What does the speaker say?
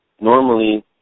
Normally